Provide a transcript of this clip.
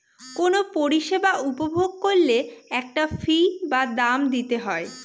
কোনো পরিষেবা উপভোগ করলে একটা ফী বা দাম দিতে হয়